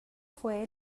fue